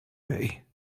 day